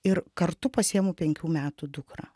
ir kartu pasiėmu penkių metų dukrą